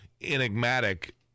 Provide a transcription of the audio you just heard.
enigmatic